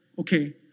Okay